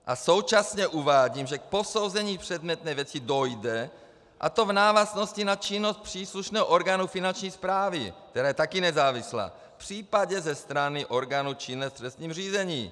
A současně uvádím, že k posouzení předmětné věci dojde, a to v návaznosti na činnost příslušného orgánu Finanční správy, která je také nezávislá, případně ze strany orgánů činných v trestním řízení.